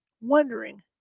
wondering